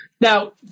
Now